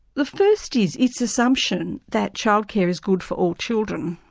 the first is its assumption that childcare is good for all children.